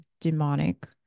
demonic